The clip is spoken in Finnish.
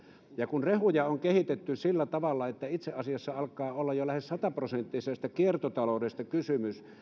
ja kun rehuja on kehitetty sillä tavalla että itse asiassa alkaa olla jo lähes sataprosenttisesta kiertotaloudesta kysymys